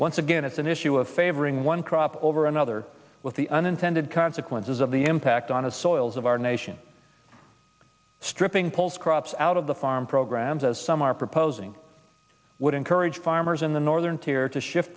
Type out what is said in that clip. once again it's an issue of favoring one crop over another with the unintended consequences of the impact on a soils of our nation stripping pulls crops out of the farm programs as some are proposing would encourage farmers in the northern tier to shift